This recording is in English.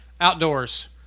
Outdoors